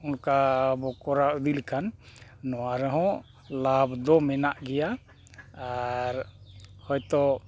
ᱚᱱᱠᱟ ᱵᱚᱱ ᱠᱚᱨᱟᱣ ᱤᱫᱤ ᱞᱮᱠᱷᱟᱱ ᱱᱚᱣᱟ ᱨᱮᱦᱚᱸ ᱞᱟᱵᱷ ᱫᱚ ᱢᱮᱱᱟᱜ ᱜᱮᱭᱟ ᱟᱨ ᱦᱚᱭᱛᱳ